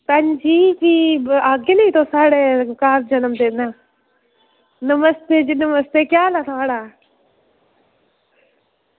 भैन जी फ्ही आह्गे नी तुस साढ़े घर जनमदिन नमस्ते जी नमस्ते केह् हाल ऐ थुआढ़ा